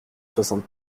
soixante